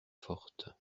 forte